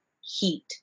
heat